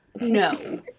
no